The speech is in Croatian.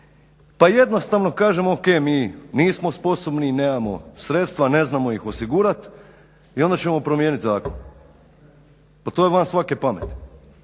pa jednostavno kažemo ok mi nismo sposobni i nemamo sredstva, ne znamo ih osigurati i onda ćemo promijeniti zakon. Pa to je van svake pameti.